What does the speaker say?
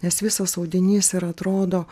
nes visas audinys ir atrodo